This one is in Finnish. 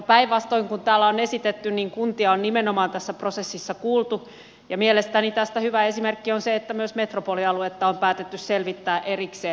päinvastoin kuin täällä on esitetty kuntia on nimenomaan tässä prosessissa kuultu ja mielestäni tästä hyvä esimerkki on se että myös metropolialuetta on päätetty selvittää erikseen